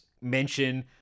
mention